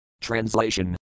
Translation